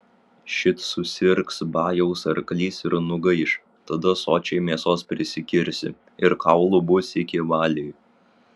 šit susirgs bajaus arklys ir nugaiš tada sočiai mėsos prisikirsi ir kaulų bus iki valiai